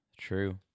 True